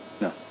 No